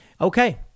Okay